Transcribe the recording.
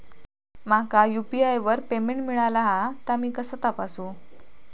माका यू.पी.आय वर पेमेंट मिळाला हा ता मी कसा तपासू?